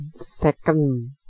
second